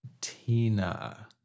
Tina